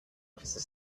officer